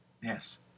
Yes